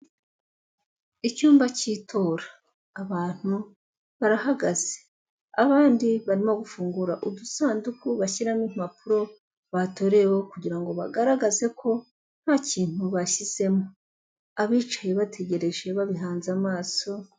Icyumba cy'itora abantu barahagaze abandi barimo gufungura udusanduku bashyiramo impapuro batoreyeho kugira ngo bagaragaze ko nta kintu bashyizemo abicaye bategereje babihanze amaso.